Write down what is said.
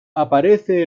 aparece